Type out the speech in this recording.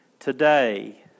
Today